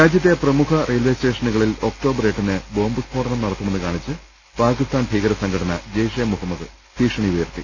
രാജ്യത്തെ പ്രമുഖ റെയിൽവേ സ്റ്റേഷനുകളിൽ ഒക്ടോബർ എട്ടിന് ബോംബ് സ്ഫോടനം നടത്തുമെന്ന് കാണിച്ച് പാകിസ്താൻ ഭീകര സംഘ ടന ജയ്ഷെ മുഹമ്മദ് ഭീഷണി ഉയർത്തി